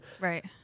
Right